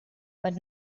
but